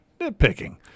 nitpicking